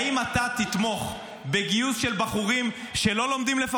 האם אתה תתמוך לפחות בגיוס של בחורים שלא לומדים?